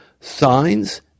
signs